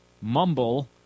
mumble